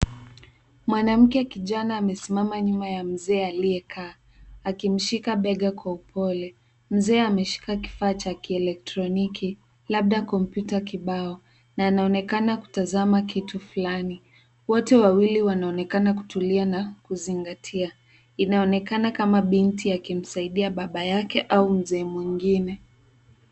Mwanamke kijana amesimama nyuma ya mzee aliyekaa akimshika bega kwa upole. Mzee ameshika kifaa cha kielektroniki labda kompyuta kibao na anaonekana kutazama kitu fulani. Wote wawili wanaonekana kutulia na kuzingatia. Inaonekana kama binti akimsaidia baba yake au mzee mwingine.